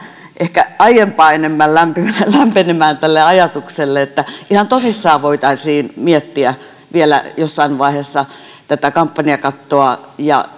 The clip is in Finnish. ehkä aiempaa enemmän lämpenemään lämpenemään tälle ajatukselle että ihan tosissaan voisimme miettiä vielä jossain vaiheessa tätä kampanjakattoa